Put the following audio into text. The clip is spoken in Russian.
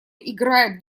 играет